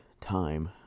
Time